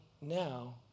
now